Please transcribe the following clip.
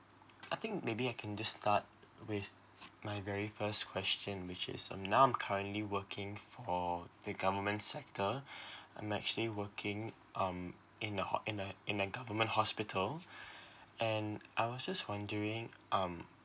I think maybe I can just start with my very first question which is um now I'm currently working for the government sector I'm actually working um in a hot~ in uh in a government hospital and I was just wondering um